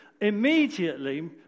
immediately